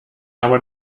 aber